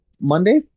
Monday